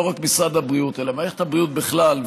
שלא רק משרד הבריאות אלא מערכת הבריאות בכלל,